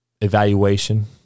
evaluation